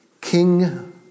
King